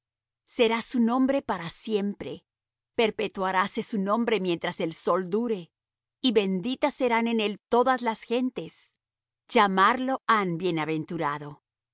será su nombre para siempre perpetuaráse su nombre mientras el sol dure y benditas serán en él todas las gentes llamarlo han bienaventurado